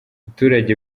abaturage